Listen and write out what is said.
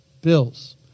bills